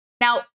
Now